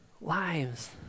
lives